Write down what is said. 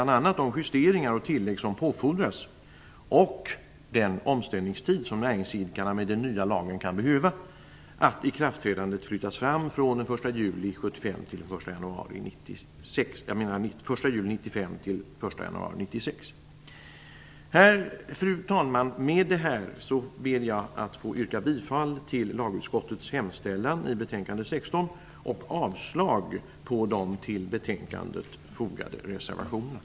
de justeringar och tillägg som påfordras och den omställningstid som näringsidkarna med den nya lagen kan behöva, att ikraftträdandet flyttas fram från den 1 Fru talman! Med detta ber jag att få yrka bifall till lagutskottets hemställan i betänkande 16 och avslag på de till betänkandet fogade reservationerna.